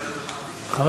חבר